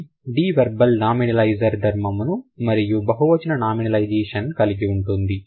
ఇది deverbal nominalizer ధర్మమును మరియు బహువచన నామినాలైజేషన్ కలిగి ఉంటుంది